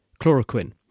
chloroquine